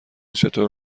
چطور